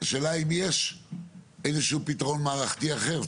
השאלה אם יש איזשהו פתרון מערכתי אחר,